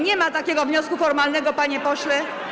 Nie ma takiego wniosku formalnego, panie pośle.